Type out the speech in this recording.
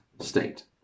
state